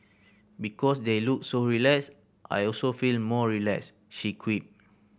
because they look so relaxed I also feel more relaxed she quipped